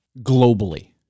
globally